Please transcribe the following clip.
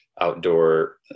outdoor